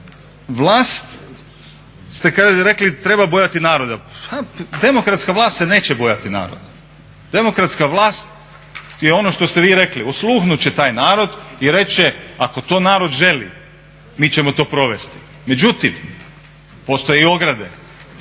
Vlast ste rekli treba bojati naroda. Demokratska vlast se neće bojati naroda. Demokratska vlast je ono što ste vi rekli. Osluhnut će taj narod i reći će ako to narod želi mi ćemo to provesti. Međutim, postoje i ograde.